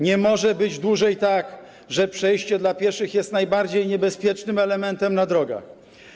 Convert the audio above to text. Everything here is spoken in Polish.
Nie może być dłużej tak, że przejście dla pieszych jest najbardziej niebezpiecznym elementem na drogach.